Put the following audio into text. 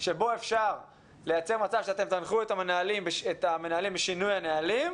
שבו אפשר לייצר מצב שאתם תנחו את המנהלים בשינוי הנהלים,